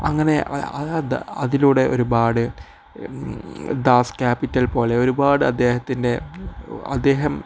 അങ്ങനെ അതിലൂടെ ഒരുപാട് ദാസ് ക്യാപിറ്റൽ പോലെ ഒരുപാട് അദ്ദേഹത്തിൻ്റെ അദ്ദേഹം